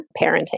parenting